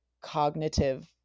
cognitive